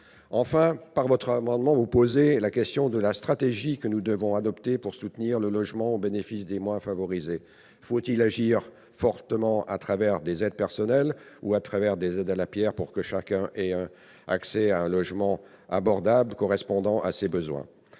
Enfin, par votre amendement, vous posez la question de la stratégie que nous devons adopter pour soutenir le logement au bénéfice des moins favorisés. Faut-il agir fortement à travers des aides personnelles ou à travers les aides à la pierre pour que chacun ait accès à un logement abordable correspondant à ses besoins ?